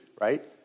right